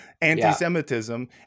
anti-Semitism